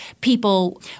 people